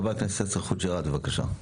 חבר הכנסת יאסר חוג'יראת, בבקשה.